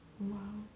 !wow!